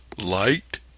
light